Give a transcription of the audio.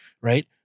right